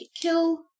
kill